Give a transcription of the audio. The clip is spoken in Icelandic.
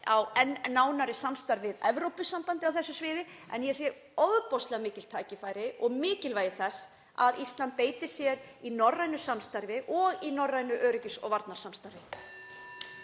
nánara samstarfi við Evrópusambandið á þessu sviði en ég sé ofboðslega mikil tækifæri og mikilvægi þess að Ísland beiti sér í norrænu samstarfi og í norrænu öryggis- og varnarsamstarfi.